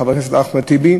חבר הכנסת אחמד טיבי,